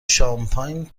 شامپاین